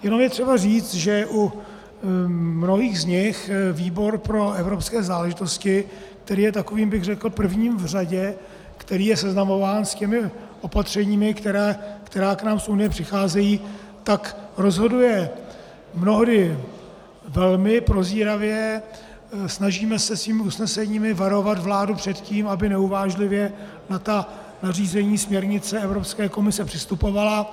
Jenom je třeba říct, že u mnohých z nich výbor pro evropské záležitosti, který je takovým, bych řekl, prvním v řadě, který je seznamován s těmi opatřeními, která k nám z Unie přicházejí, tak rozhoduje mnohdy velmi prozíravě, snažíme se svými usneseními varovat vládu před tím, aby neuvážlivě na ta nařízení, směrnice Evropské komise přistupovala.